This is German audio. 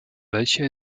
welche